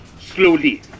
slowly